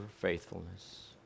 faithfulness